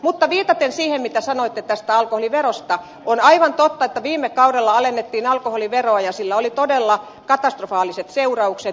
mutta viitaten siihen mitä sanoitte tästä alkoholiverosta on aivan totta että viime kaudella alennettiin alkoholiveroa ja sillä oli todella katastrofaaliset seuraukset